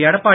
Edappadi